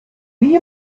wie